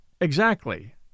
Exactly